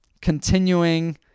continuing